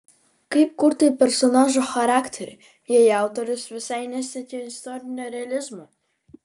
kaip kurti personažo charakterį jei autorius visai nesiekė istorinio realizmo